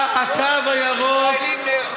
הקו הירוק, עשרות ישראלים נהרגו.